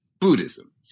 buddhism